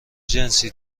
جنسی